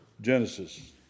Genesis